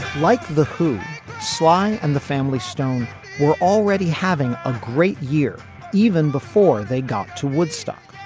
like the who sly and the family stone were already having a great year even before they got to woodstock.